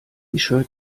shirt